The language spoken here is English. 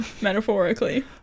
metaphorically